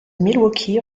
milwaukee